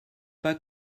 pas